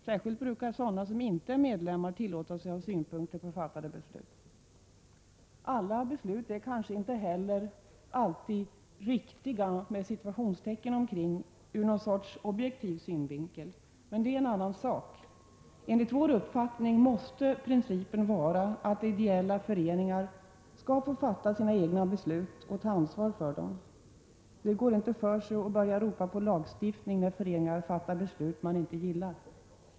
Särskilt brukar sådana som inte är medlemmar tillåta sig att ha synpunkter på fattade beslut. Alla beslut är kanske inte heller ”riktiga” ur någon sorts objektiv synvinkel. Men det är en annan sak. Enligt vår uppfattning måste principen vara att ideella föreningar skall få fatta sina egna beslut och ta ansvar för dem. Det går inte för sig att börja ropa på lagstiftning när föreningar fattar beslut man inte gillar.